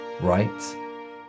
right